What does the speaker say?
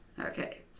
Okay